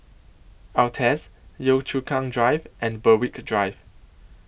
Altez Yio Chu Kang Drive and Berwick Drive